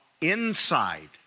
inside